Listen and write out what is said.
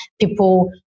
people